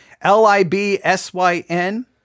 L-I-B-S-Y-N